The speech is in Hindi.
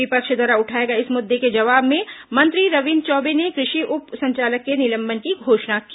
विपक्ष द्वारा उठाए गए इस मुद्दे के जवाब में मंत्री रविन्द्र चौबे ने कृषि उप संचालक के निलंबन की घोषणा की